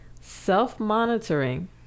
self-monitoring